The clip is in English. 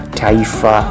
taifa